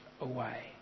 away